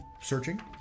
searching